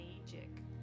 magic